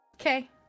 okay